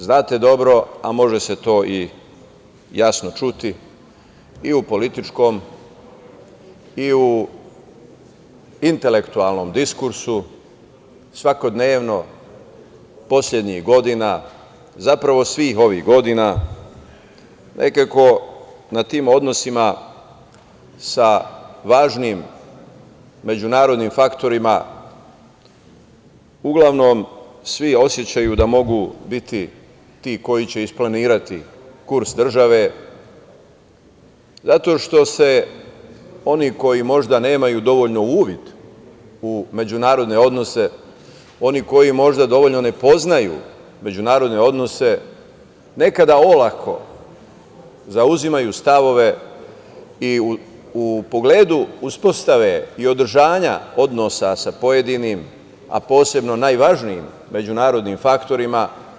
Znate dobro, a može se to i jasno čuti i u političkom i u intelektualnom diskursu, svakodnevno poslednjih godina, zapravo svih ovih godina nekako na tim odnosima sa važnim međunarodnim faktorima, uglavnom svi osećaju da mogu biti ti koji će isplanirati kurs države zato što se oni koji možda nemaju dovoljno uvid u međunarodne odnose, oni koji možda dovoljno ne poznaju međunarodne odnose, nekada olako zauzimaju stavove i u pogledu uspostave i održanja odnosa sa pojedinim, a posebno najvažnijim međunarodnim faktorima.